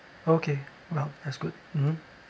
okay well that's good mmhmm